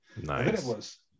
Nice